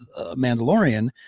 Mandalorian